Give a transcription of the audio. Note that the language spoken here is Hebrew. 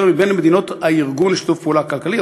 בקרב מדינות הארגון לשיתוף פעולה כלכלי,